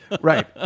Right